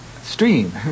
stream